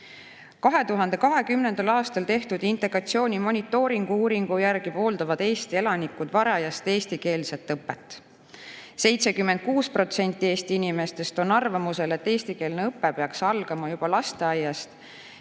edasi.2020. aastal tehtud integratsioonimonitooringu uuringu järgi pooldavad Eesti elanikud varajast eestikeelset õpet. 76% Eesti inimestest oli arvamusel, et eestikeelne õpe peaks algama juba lasteaiast,